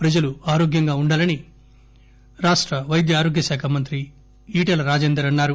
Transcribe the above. ప్రజలు ఆరోగ్యంగా ఉండాలని రాష్ట వైద్య అరోగ్య శాఖ మంత్రి ఈటల రాజేందర్ అన్నారు